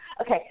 Okay